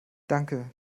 danke